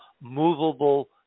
movable